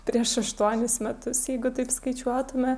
prieš aštuonis metus jeigu taip skaičiuotume